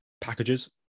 packages